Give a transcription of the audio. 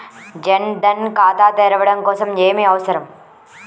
జన్ ధన్ ఖాతా తెరవడం కోసం ఏమి అవసరం?